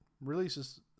Releases